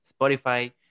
spotify